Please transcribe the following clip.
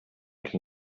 can